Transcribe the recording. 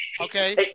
Okay